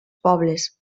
pobles